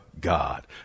God